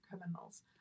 criminals